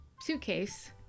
suitcase